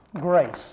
grace